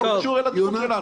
זה לא קשור לדיון שלנו.